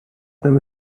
them